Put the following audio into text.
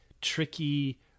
tricky